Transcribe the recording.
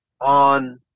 on